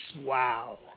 Wow